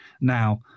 Now